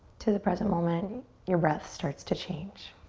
to the present moment your breath starts to change.